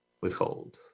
withhold